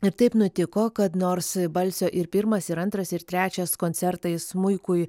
ir taip nutiko kad nors balsio ir pirmas ir antras ir trečias koncertai smuikui